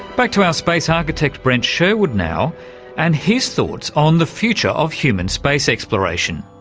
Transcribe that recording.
back to our space architect brent sherwood now and his thoughts on the future of human space exploration.